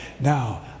Now